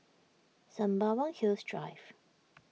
Sembawang Hills Drive